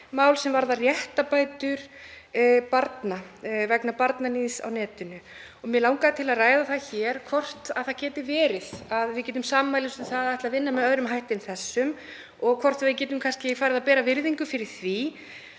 mál sem varða réttarbætur barna vegna barnaníðs á netinu. Mig langar til að ræða það hér hvort það geti verið að við getum sammælst um að ætla að vinna með öðrum hætti en þessum og hvort við getum kannski farið að bera virðingu fyrir því